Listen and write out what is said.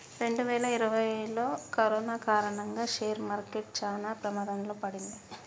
రెండువేల ఇరవైలో కరోనా కారణంగా షేర్ మార్కెట్ చానా ప్రమాదంలో పడింది